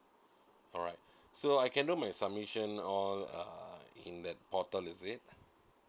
alright so I can do my submission all uh in that portal is it